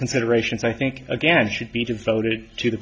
considerations i think again should be devoted to the